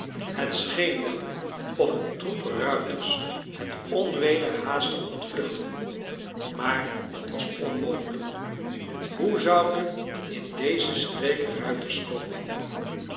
het scheen wel of een troep ruiters het onweder haastig ontvluchtte maar dat was onmogelijk hoe zouden in deze streek ruiters komen